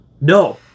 No